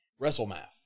WrestleMath